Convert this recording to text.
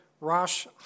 Rosh